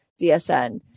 DSN